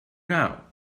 now